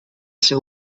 seu